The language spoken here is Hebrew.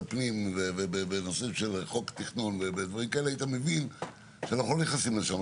הפנים היית מבין שאנחנו לא נכנסים אליהם.